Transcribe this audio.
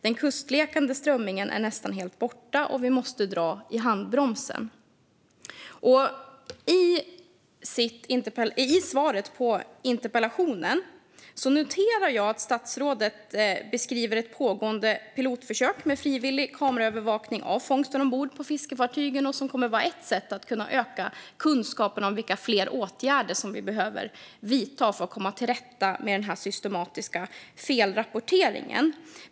Den kustlekande strömmingen är nästan helt borta, och vi måste dra i handbromsen. Jag noterar att statsrådet i svaret på interpellationen beskriver ett pågående pilotförsök med frivillig kameraövervakning av fångsten ombord på fiskefartygen. Det kommer att vara ett sätt att öka kunskapen om vilka fler åtgärder som vi behöver vidta för att komma till rätta med denna systematiska felrapportering.